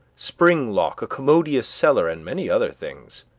spring lock, a commodious cellar, and many other things.